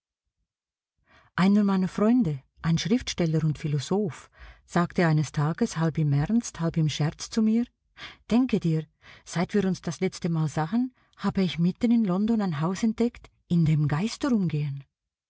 einer meiner freunde ein schriftsteller und philosoph sagte eines tages halb im ernst halb im scherz zu mir denke dir seit wir uns das letzte mal sahen habe ich mitten in london ein haus entdeckt in dem geister umgehen